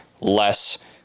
less